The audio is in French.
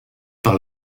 par